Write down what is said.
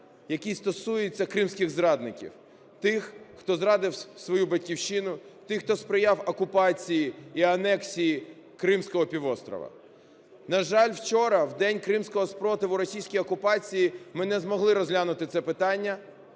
який стосується кримських зрадників. Тих, хто зрадив свою Батьківщину, тих хто сприяв окупації і анексії Кримського півострова. На жаль, вчора, в день кримського супротиву російській окупації, ми не змогли розглянути це питання.